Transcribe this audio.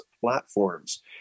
platforms